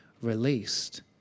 released